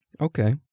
Okay